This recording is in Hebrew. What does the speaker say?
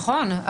נכון,